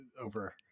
over